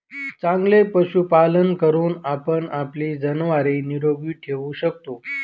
चांगले पशुपालन करून आपण आपली जनावरे निरोगी ठेवू शकतो